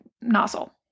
nozzle